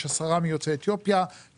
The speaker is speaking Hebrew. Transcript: יש עשרה מיוצאי אתיופיה,